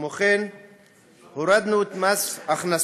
כמו כן הורדנו את מס ההכנסה,